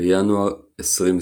בינואר 2021